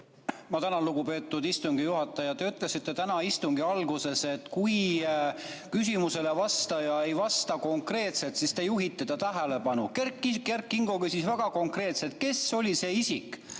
Ma tänan, lugupeetud istungi juhataja! Te ütlesite täna istungi alguses, et kui küsimusele vastaja ei vasta konkreetselt, siis te juhite sellele tähelepanu. Kert Kingo küsis väga konkreetselt, kes oli see isik.